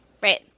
Right